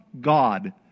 God